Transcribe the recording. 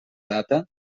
data